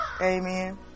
Amen